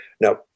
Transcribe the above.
Now